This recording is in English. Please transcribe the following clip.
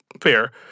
Fair